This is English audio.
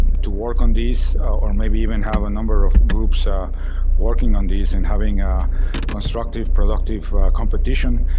to work on these or maybe even have a number of groups ah working on these and having a constructive, productive competition,